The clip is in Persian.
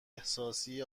احساسی